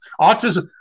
Autism